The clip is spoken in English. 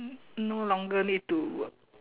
no longer need to work